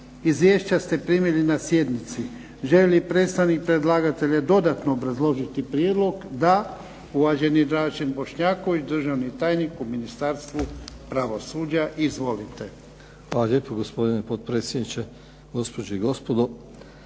Izvješća ste primili na sjednici. Želi li predstavnik predlagatelja dodatno obrazložiti prijedlog? Da. Uvaženi Dražen Bošnjaković, državni tajnik u Ministarstvu pravosuđa. Izvolite. **Bošnjaković, Dražen (HDZ)** Hvala lijepo gospodine potpredsjedniče, gospođe i gospodo.